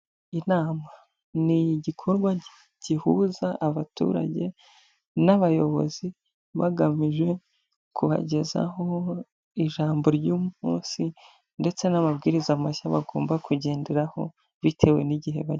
Inama ni igikorwa gihuza abaturage n'abayobozi bagamije kugezaho ijambo ry'umunsi ndetse n'amabwiriza mashya bagomba kugenderaho bitewe n'igihe barimo.